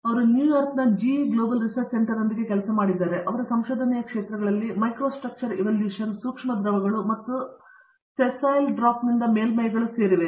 ಅವರು ನ್ಯೂಯಾರ್ಕ್ನ GE global research ಸೆಂಟರ್ನೊಂದಿಗೆ ಕೆಲಸ ಮಾಡಿದ್ದಾರೆ ಮತ್ತು ಅವರ ಸಂಶೋಧನೆಯ ಕ್ಷೇತ್ರಗಳಲ್ಲಿ ಮೈಕ್ರೋಸ್ಟ್ರಕ್ಚರ್ ಎವಲ್ಯೂಷನ್ ಸೂಕ್ಷ್ಮ ದ್ರವಗಳು ಮತ್ತು ಸೆಸೆೈಲ್ ಡ್ರಾಪ್ಸ್ನಿಂದ ಮೇಲ್ಮೈಗಳು ಸೇರಿವೆ